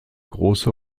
große